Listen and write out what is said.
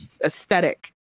aesthetic